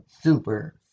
Super